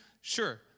sure